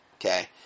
Okay